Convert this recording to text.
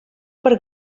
per